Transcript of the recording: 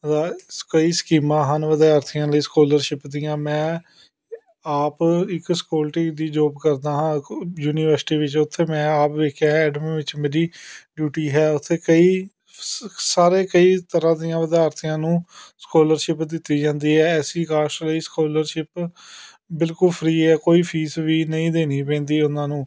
ਕਈ ਸਕੀਮਾਂ ਹਨ ਵਿਦਿਆਰਥੀਆਂ ਲਈ ਸਕੋਲਰਸ਼ਿਪ ਦੀਆਂ ਮੈਂ ਆਪ ਇੱਕ ਸਕਿਉਲਟੀ ਦੀ ਜੋਬ ਕਰਦਾ ਹਾਂ ਯੂਨੀਵਰਸਿਟੀ ਵਿੱਚ ਉੱਥੇ ਮੈਂ ਆਪ ਦੇਖਿਆ ਐਡਮਿਨ ਵਿੱਚ ਮੇਰੀ ਡਿਊਟੀ ਹੈ ਉੱਥੇ ਕਈ ਸ ਸਾਰੇ ਕਈ ਤਰ੍ਹਾਂ ਦੀਆਂ ਵਿਦਿਆਰਥੀਆਂ ਨੂੰ ਸਕੋਲਰਸ਼ਿਪ ਦਿੱਤੀ ਜਾਂਦੀ ਹੈ ਐਸੀ ਕਾਸਟ ਲਈ ਸਕੋਲਰਸ਼ਿਪ ਬਿਲਕੁਲ ਫਰੀ ਹੈ ਕੋਈ ਫੀਸ ਵੀ ਨਹੀਂ ਦੇਣੀ ਪੈਂਦੀ ਉਹਨਾਂ ਨੂੰ